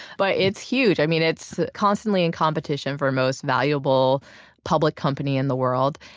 but it's huge, i mean, it's constantly in competition for most valuable public company in the world.